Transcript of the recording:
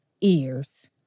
ears